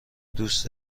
دوست